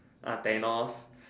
ah Thanos